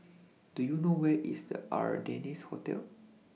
Do YOU know Where IS The Ardennes Hotel